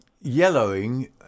Yellowing